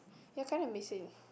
ya kind of miss it